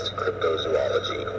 cryptozoology